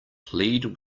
plead